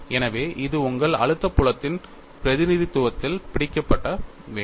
எனவே இது உங்கள் அழுத்த புலத்தின் பிரதிநிதித்துவத்தில் பிடிக்கப்பட வேண்டும்